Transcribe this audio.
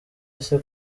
ese